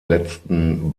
letzten